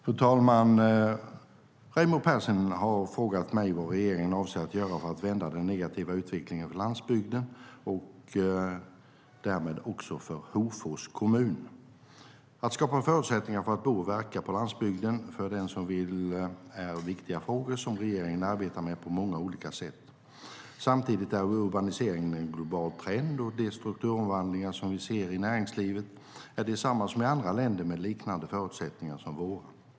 Fru talman! Raimo Pärssinen har frågat mig vad regeringen avser att göra för att vända den negativa utvecklingen för landsbygden och därmed också för Hofors kommun. Att skapa förutsättningar för att kunna bo och verka på landsbygden för den som vill är viktiga frågor som regeringen arbetar med på många olika sätt. Samtidigt är urbanisering en global trend, och de strukturomvandlingar som vi ser i näringslivet är desamma som i andra länder med liknande förutsättningar som våra.